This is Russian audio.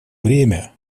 время